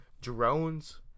drones